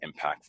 impactful